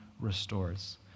restores